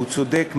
שהוא צודק מאוד.